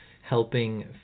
helping